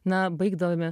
na baigdavome